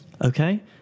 Okay